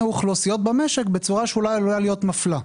אוכלוסיות במשק בצורה שאולי עלולה להיות מפלה.